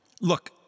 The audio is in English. Look